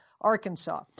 Arkansas